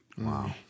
Wow